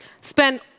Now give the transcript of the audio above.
spend